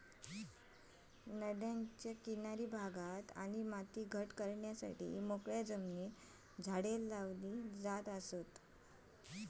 नद्यांचे किनारे आणि माती घट करण्यासाठी मोकळ्या जमिनीर झाडे लावली जातत